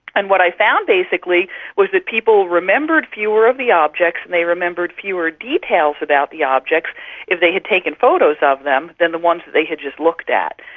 and what i found basically was that people remembered fewer of the objects and they remembered fewer details about the objects if they had taken photos of them than the ones that they had just looked at.